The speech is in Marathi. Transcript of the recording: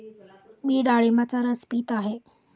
मी डाळिंबाचा रस पीत आहे